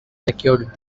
secured